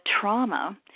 trauma